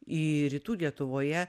į rytų lietuvoje